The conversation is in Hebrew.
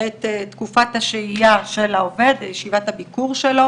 את תקופת השהייה של העובד, ישיבת הביקור שלו.